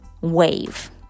wave